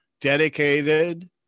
dedicated